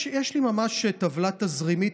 יש לי ממש טבלה תזרימית,